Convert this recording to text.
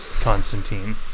Constantine